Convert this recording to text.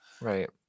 Right